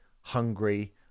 hungry